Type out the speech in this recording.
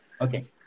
Okay